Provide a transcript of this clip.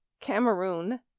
Cameroon